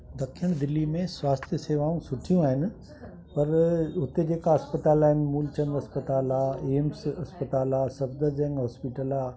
ॾखिण दिल्ली में स्वास्थ्य शेवाऊं सुठियूं आहिनि पर हुते जेका अस्पताल आहिनि मूलचंद अस्पताल आहे एम्स अस्पताल आहे सफदरजंग हॉस्पिटल आहे